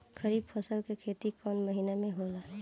खरीफ फसल के खेती कवना महीना में होला?